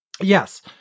Yes